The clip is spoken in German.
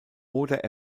oder